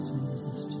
Jesus